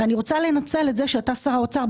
שר האוצר,